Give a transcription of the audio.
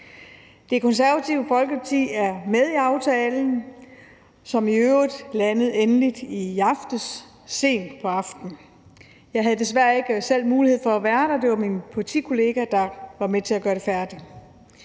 Det Konservative Folkeparti er med i aftalen, som i øvrigt landede endeligt i aftes – sent på aftenen. Jeg havde desværre ikke selv mulighed for at være der. Det var min partikollega, der var med til at gøre aftalen færdig.